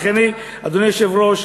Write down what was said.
לכן, אדוני היושב-ראש,